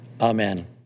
Amen